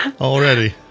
Already